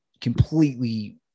completely